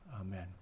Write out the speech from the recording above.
Amen